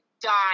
die